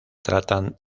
tratan